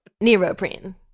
Neoprene